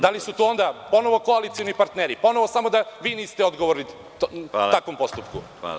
Da li su to onda ponovo koalicioni partneri, samo da vi niste odgovorni takvom postupku?